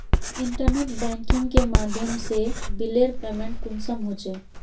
Internet banking के माध्यम से बिलेर पेमेंट कुंसम होचे?